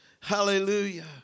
Hallelujah